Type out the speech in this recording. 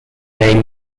name